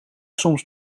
soms